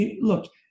look